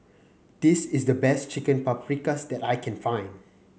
this is the best Chicken Paprikas that I can find